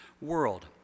world